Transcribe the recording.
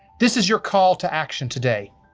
this is your call to action today.